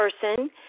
person